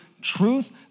truth